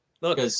Look